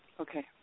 Okay